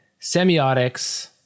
semiotics